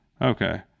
Okay